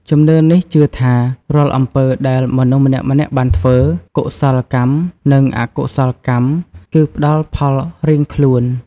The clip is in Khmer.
ជំនឿនេះជឿថា រាល់អំពើដែលមនុស្សម្នាក់ៗបានធ្វើ កុសលកម្ម និងអកុសលកម្ម នឹងផ្តល់ផលរៀងខ្លួន។